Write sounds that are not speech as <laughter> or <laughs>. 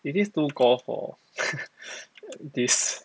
is this too gore for <laughs> this